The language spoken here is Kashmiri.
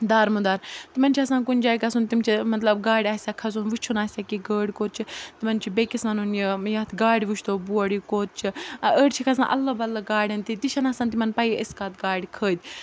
دارمُدار تِمَن چھِ آسان کُنہِ جاے گژھُن تِم چھِ مطلب گاڑِ آسٮ۪کھ کھَسُن وٕچھُن آسٮ۪کھ یہِ گٲڑۍ کوٚت چھِ تِمَن چھُ بیٚکس وَنُن یہِ یَتھ گاڑِ وٕچھتو بوڑ یہِ کوٚت چھِ أڑۍ چھِ کھَسان ادل بدل گاڑٮ۪ن تہِ تہِ چھَنہٕ آسان تِمَن پَیی أسۍ کَتھ گاڑِ کھٔتۍ